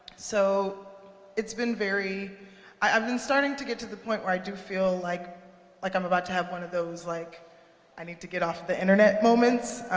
so it's been very i've been starting to get to the point where i do feel like like i'm about to have one of those like i need to get off the internet moments,